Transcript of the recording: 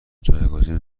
جایگزین